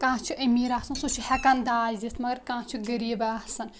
کانٛہہ چھِ أمیٖر آسان سُہ چھِ ہٮ۪کان داج دِتھ مگر کانٛہہ چھِ غریٖب آسان